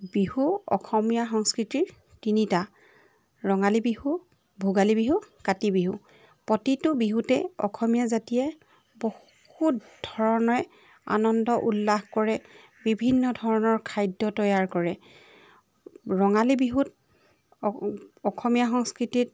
বিহু অসমীয়া সংস্কৃতিৰ তিনিটা ৰঙালী বিহু ভোগালী বিহু কাতি বিহু প্ৰতিটো বিহুতে অসমীয়া জাতিয়ে বহুত ধৰণে আনন্দ উল্লাস কৰে বিভিন্ন ধৰণৰ খাদ্য তৈয়াৰ কৰে ৰঙালী বিহুত অসমীয়া সংস্কৃতিত